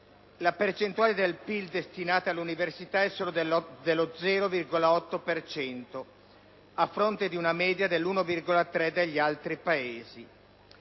La percentuale del PIL destinata all'università è solo dello 0,8 per cento, a fronte di una media dell'1,3 degli altri Paesi.